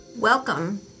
Welcome